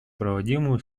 проводимую